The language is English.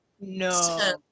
no